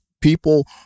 people